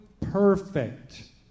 perfect